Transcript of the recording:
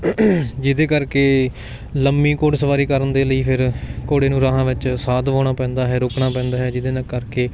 ਜਿਹਦੇ ਕਰਕੇ ਲੰਬੀ ਘੋੜ ਸਵਾਰੀ ਕਰਨ ਦੇ ਲਈ ਫਿਰ ਘੋੜੇ ਨੂੰ ਰਾਹਾਂ ਵਿੱਚ ਸਾਹ ਦਵਾਉਣਾ ਪੈਂਦਾ ਹੈ ਰੋਕਣਾ ਪੈਂਦਾ ਹੈ ਜਿਹਦੇ ਨਾਲ ਕਰਕੇ